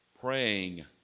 Praying